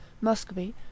Muscovy